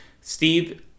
Steve